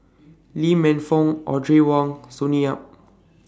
Lee Man Fong Audrey Wong Sonny Yap